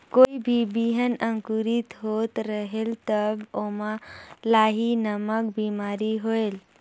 कोई भी बिहान अंकुरित होत रेहेल तब ओमा लाही नामक बिमारी होयल?